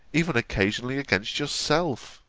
even occasionally against yourself